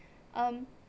um